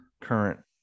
current